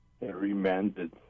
remanded